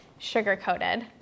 sugarcoated